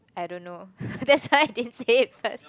I don't know that's why I didn't say it first